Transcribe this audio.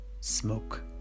smoke